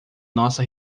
nossa